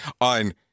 on